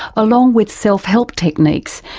along with self-help techniques,